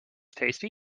tasty